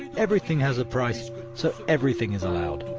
and everything has a price, so everything is allowed.